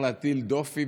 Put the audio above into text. די,